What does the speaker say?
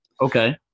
Okay